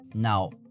Now